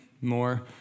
more